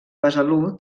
besalú